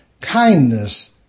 kindness